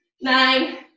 nine